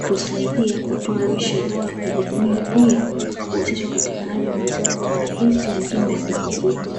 husaidia kutoa lishe bora kwa jamii, pia hurahisisha upatikanaji wa maziwa kwa urahisi mjini na vijijini.